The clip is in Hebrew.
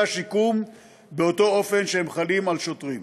השיקום באותו אופן שהם חלים על שוטרים.